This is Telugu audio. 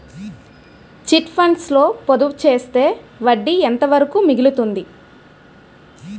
చిట్ ఫండ్స్ లో పొదుపు చేస్తే వడ్డీ ఎంత వరకు మిగులుతుంది?